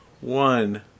one